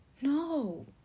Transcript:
No